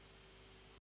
Hvala